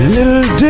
Little